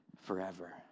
forever